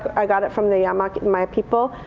i got it from the yamaki my people,